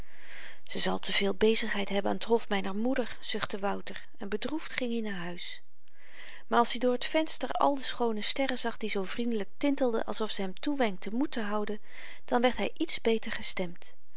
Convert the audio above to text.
ze zal te veel bezigheid hebben aan t hof myner moeder zuchtte wouter en bedroefd ging i naar huis maar als i door t venster al de schoone sterren zag die zoo vriendelyk tintelden alsof ze hem toewenkten moed te houden dan werd hy iets beter gestemd